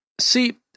See